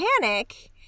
panic